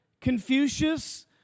Confucius